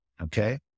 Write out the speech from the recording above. okay